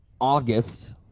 August